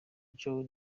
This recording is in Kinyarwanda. joe